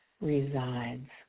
resides